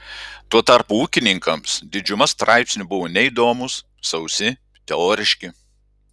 tuo tarpu ūkininkams didžiuma straipsnių buvo neįdomūs sausi teoriški